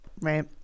right